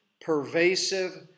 pervasive